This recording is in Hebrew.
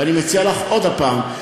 ואני מציע לך עוד הפעם,